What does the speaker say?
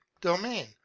domain